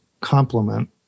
complement